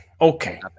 okay